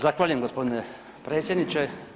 Zahvaljujem gospodine predsjedniče.